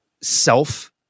self